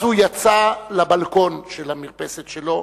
אז הוא יצא לבלקון, למרפסת שלו,